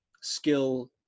skill